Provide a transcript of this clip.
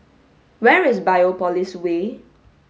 where is Biopolis Way